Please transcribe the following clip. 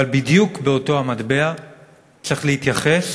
אבל בדיוק באותו המטבע צריך להתייחס